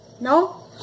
No